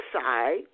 side